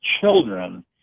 children